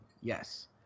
yes